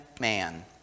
man